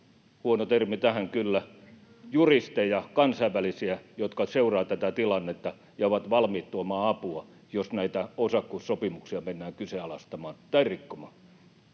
huono termi tähän kyllä — kansainvälisiä juristeja, jotka seuraavat tätä tilannetta ja ovat valmiita tuomaan apua, jos näitä osakkuussopimuksia mennään kyseenalaistamaan tai rikkomaan.